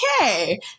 Okay